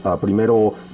primero